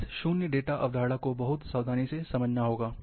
इस शून्य डेटा अवधारणा को बहुत सावधानी से समझना होगा